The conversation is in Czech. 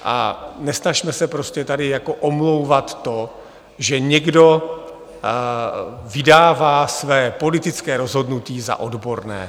A nesnažme se prostě tady jako omlouvat to, že někdo vydává své politické rozhodnutí za odborné.